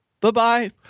Bye-bye